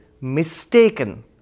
mistaken